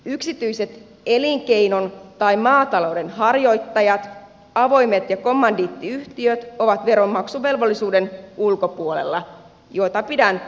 yksityiset elinkeinon tai maatalouden harjoittajat avoimet ja kommandiittiyhtiöt ovat veronmaksuvelvollisuuden ulkopuolella mitä pidän oikeudenmukaisena